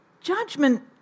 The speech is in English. Judgment